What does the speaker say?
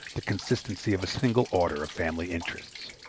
the consistency of a single order of family interests.